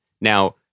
Now